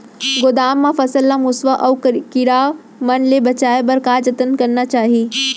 गोदाम मा फसल ला मुसवा अऊ कीरवा मन ले बचाये बर का जतन करना चाही?